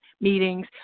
meetings